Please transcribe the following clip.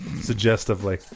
suggestively